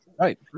Right